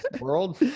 world